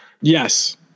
Yes